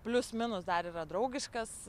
plius minus dar yra draugiškas